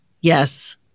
Yes